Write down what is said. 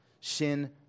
Sin